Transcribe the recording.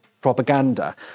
propaganda